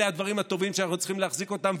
אלה הדברים הטובים שאנחנו צריכים להחזיק אותם,